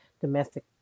domestic